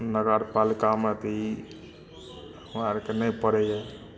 नगरपालिका मे तऽ ई हमरा आरके नहि परैया